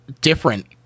different